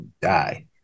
die